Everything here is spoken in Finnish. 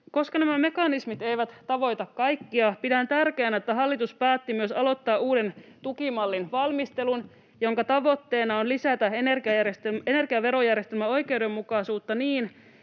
koska nämä mekanismit eivät tavoita kaikkia, pidän tärkeänä, että hallitus päätti myös aloittaa uuden tukimallin valmistelun, jonka tavoitteena on lisätä energiaverojärjestelmän oikeudenmukaisuutta niin,